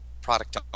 product